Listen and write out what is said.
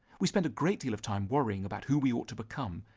we spend a great deal of time worrying about who we ought to become,